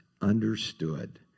understood